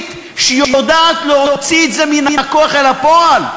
תוכנית שיודעת להוציא את זה מן הכוח אל הפועל.